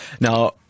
Now